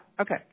Okay